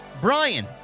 Brian